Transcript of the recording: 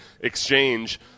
exchange